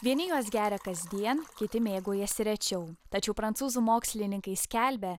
vieni juos geria kasdien kiti mėgaujasi rečiau tačiau prancūzų mokslininkai skelbia